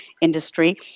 industry